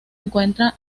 encuentra